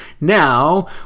Now